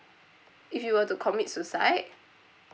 if you were to commit suicide